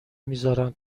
میزارن